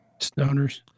Stoners